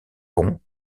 ponts